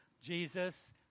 Jesus